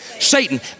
Satan